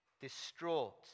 distraught